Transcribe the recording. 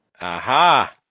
aha